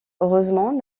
heureusement